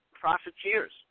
profiteers